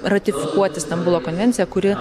ratifikuoti stambulo konvenciją kuri